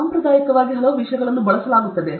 ಸಾಂಪ್ರದಾಯಿಕವಾಗಿ ಹಲವು ವಿಷಯಗಳನ್ನು ಬಳಸಲಾಗುತ್ತದೆ